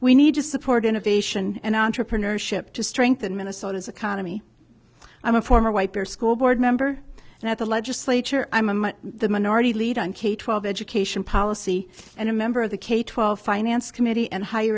we need to support innovation and entrepreneurship to strengthen minnesota's economy i'm a former wiper school board member and at the legislature i'm the minority leader on k twelve education policy and a member of the k twelve finance committee and high